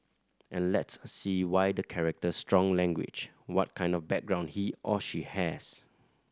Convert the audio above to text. and let's see why the character strong language what kind of background he or she has